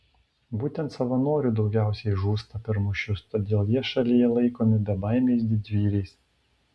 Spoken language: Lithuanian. būtent savanorių daugiausiai žūsta per mūšius todėl jie šalyje laikomi bebaimiais didvyriais